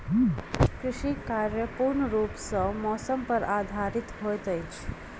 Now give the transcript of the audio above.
कृषि कार्य पूर्ण रूप सँ मौसम पर निर्धारित होइत अछि